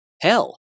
Hell